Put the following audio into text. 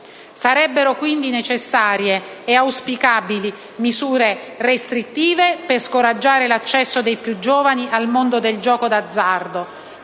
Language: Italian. Sarebbero quindi necessarie e auspicabili misure restrittive per scoraggiare l'accesso dei più giovani al mondo del gioco d'azzardo